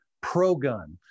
pro-gun